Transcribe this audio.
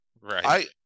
Right